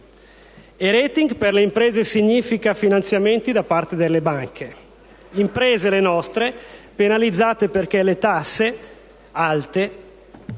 *Rating* per le imprese significa finanziamenti da parte delle banche; le nostre imprese sono penalizzate perché le tasse alte